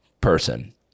person